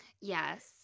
Yes